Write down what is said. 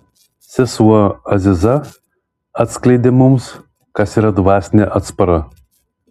sesuo aziza atskleidė mums kas yra dvasinė atspara